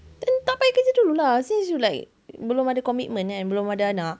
then tak payah kerja dulu lah since you like belum ada komitmen kan belum ada anak